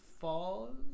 falls